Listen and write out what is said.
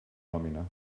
nòmina